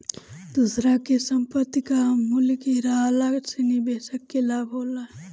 दूसरा के संपत्ति कअ मूल्य गिरला से निवेशक के लाभ होला